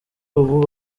ubu